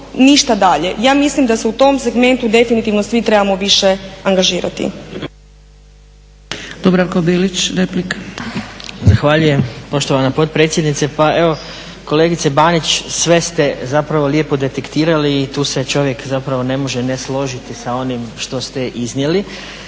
Ja mislim da se u tom segmentu definitivno svi trebamo više angažirati.